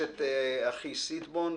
יש את אחי סיטבון,